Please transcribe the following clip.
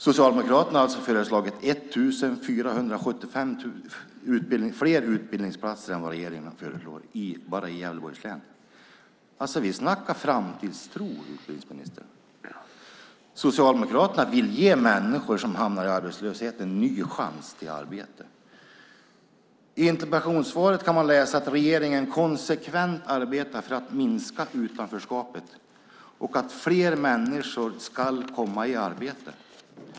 Socialdemokraterna har alltså föreslagit 1 475 fler utbildningsplatser än vad regeringen föreslår bara i Gävleborgs län. Vi snackar framtidstro, utbildningsministern. Socialdemokraterna vill ge människor som hamnar i arbetslöshet en ny chans till arbete. Av interpellationssvaret framgick att regeringen konsekvent arbetar för att minska utanförskapet och att fler människor ska komma i arbete.